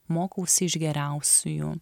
mokausi iš geriausiųjų